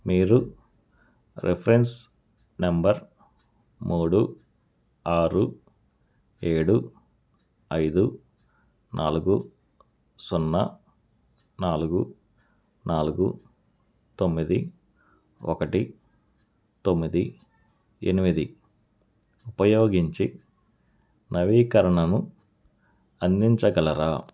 మీరు reference number మూడు ఆరు ఏడు ఐదు నాలుగు సున్నా నాలుగు నాలుగు తొమ్మిది ఒకటి తొమ్మిది ఎనిమిది ఉపయోగించి నవీకరణను అందించగలరా